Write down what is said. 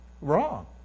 wrong